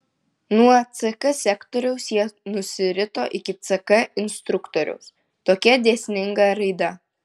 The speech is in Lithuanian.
nuo ck sekretoriaus jie nusirito iki ck instruktoriaus tokia dėsninga raida